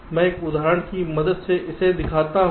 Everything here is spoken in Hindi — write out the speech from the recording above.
इसलिए मैं एक उदाहरण की मदद से इसे दिखाता हूं